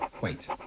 Wait